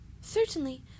Certainly